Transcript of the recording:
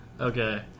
Okay